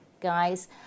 guys